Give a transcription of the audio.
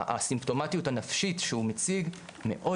הסימפטומטיות הנפשית שהוא מציג מאוד